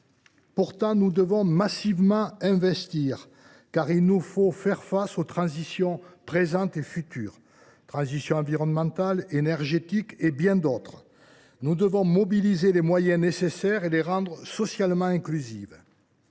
Pourtant, nous devons massivement investir pour faire face aux transitions présentes et futures – la transition environnementale, la transition énergétique, et bien d’autres. Nous devons mobiliser les moyens nécessaires et les rendre socialement inclusifs.